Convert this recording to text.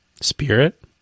Spirit